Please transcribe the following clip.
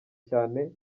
cyane